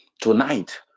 Tonight